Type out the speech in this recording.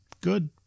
good